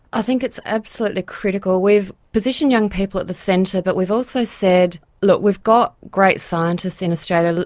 i think it's absolutely critical. we've positioned young people at the centre, but we've also said, look, we've got great scientists in australia,